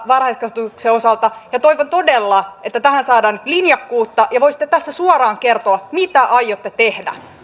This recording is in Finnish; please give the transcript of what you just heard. varhaiskasvatuksen osalta ja toivon todella että tähän saadaan linjakkuutta ja voisitte tässä suoraan kertoa mitä aiotte tehdä